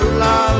la